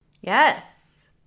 Yes